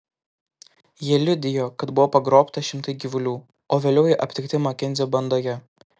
jie liudijo kad buvo pagrobta šimtai gyvulių o vėliau jie aptikti makenzio bandoje